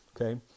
okay